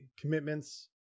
commitments